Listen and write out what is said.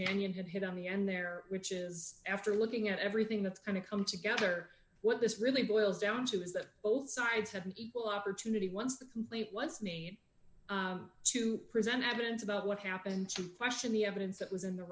had hit on the end there which is after looking at everything that's going to come together what this really boils down to is that both sides have an equal opportunity once the complaint wants me to present evidence about what happened to question the evidence that was in the